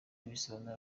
abisobanura